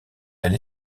elle